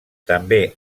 també